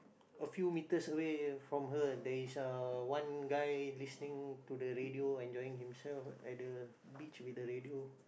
a few meters away from her there is uh one guy listening to the radio enjoying himself at the beach with the radio